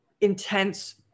intense